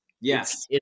yes